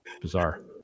Bizarre